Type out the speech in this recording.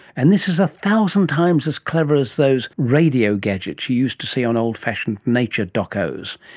and this is a thousand times as clever as those radio gadgets you used to see on old-fashioned nature docos.